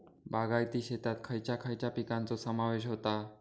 बागायती शेतात खयच्या खयच्या पिकांचो समावेश होता?